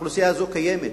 האוכלוסייה הזאת קיימת,